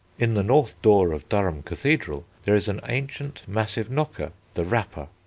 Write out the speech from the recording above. in the north door of durham cathedral there is an ancient, massive knocker, the rapper,